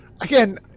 again